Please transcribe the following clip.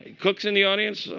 cooks in the audience,